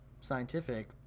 scientific